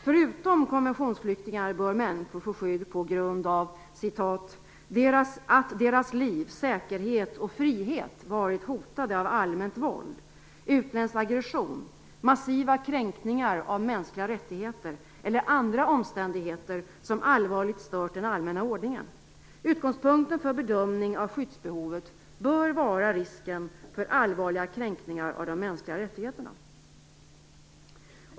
Enligt flyktingkonventionen bör människor får skydd på grund av att deras liv, säkerhet och frihet varit hotade av allmänt våld, utländsk aggression, massiva kränkningar av mänskliga rättigheter eller andra omständigheter som allvarligt stört den allmänna ordningen. Utgångspunkten för bedömning av skyddsbehovet bör vara risken för allvarliga kränkningar av de mänskliga rättigheterna.